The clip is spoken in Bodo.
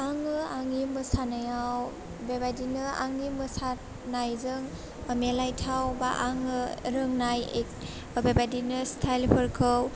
आङो आंनि मोसानायाव बेबायदिनो आंनि मोसानायजों मेलायथाव बा आङो रोंनाय एक बेबायदिनो स्टाइलफोरखौ